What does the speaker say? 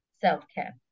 self-care